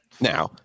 now